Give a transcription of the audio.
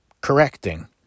correcting